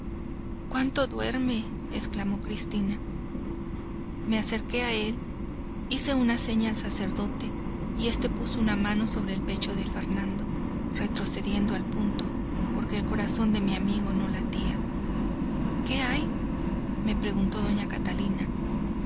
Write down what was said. cuánto duerme exclamó cristina me acerqué a él hice una seña al sacerdote y éste puso una mano sobre el pecho de fernando retrocediendo al punto porque el corazón de mi amigo no latía qué hay me preguntó doña catalina